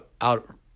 out